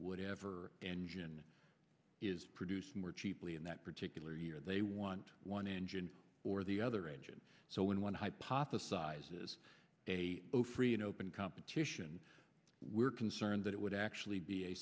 whatever engine is produced more cheaply in that particular year they want one engine or the other engine so when one hypothesizes a free and open competition we're concerned that it would actually be a